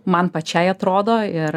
man pačiai atrodo ir